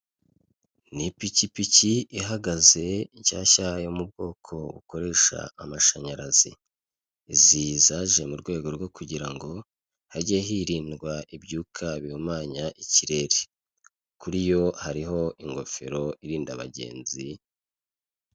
Ni ipikipiki ihagaze nshyashya yo mubwoko bukoresha amashanyarazi. Izi zaje murwego rwo kugira ngo hajye hirindwa ibyuka bihumanya ikirere, kuriyo hari ingofero irinda abagenzi.